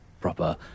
proper